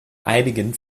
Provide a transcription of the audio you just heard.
einigen